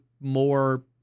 more